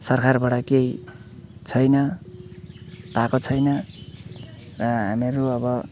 सरकारबाट केही छैन भएको छैन र हामीहरू अब